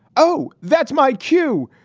oh, that's my cue.